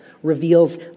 reveals